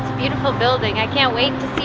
beautiful building, i can't wait